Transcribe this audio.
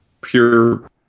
pure